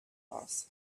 boss